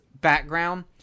background